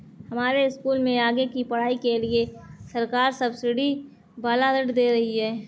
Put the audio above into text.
हमारे स्कूल में आगे की पढ़ाई के लिए सरकार सब्सिडी वाला ऋण दे रही है